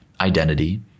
identity